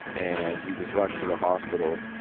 and he was rushed to the hospital